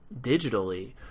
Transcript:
digitally